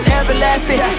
everlasting